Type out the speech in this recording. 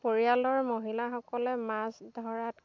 পৰিয়ালৰ মহিলাসকলে মাছ ধৰাত